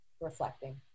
reflecting